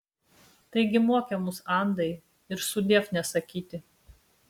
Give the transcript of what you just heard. taigi mokė mus andai ir sudiev nesakyti